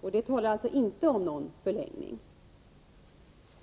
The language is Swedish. och det talar alltså inte om någon förlängning.